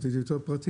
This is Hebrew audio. רציתי יותר פרטים,